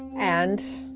and,